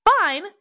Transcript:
fine